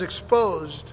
exposed